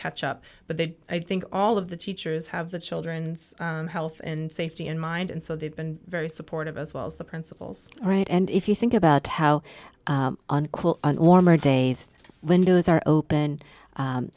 catch up but they i think all of the teachers have the children's health and safety in mind and so they've been very supportive as well as the principals right and if you think about how uncool warmer days windows are open